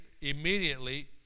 immediately